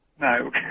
No